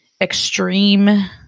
extreme